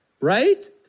right